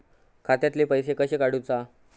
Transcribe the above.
खात्यातले पैसे कशे काडूचा?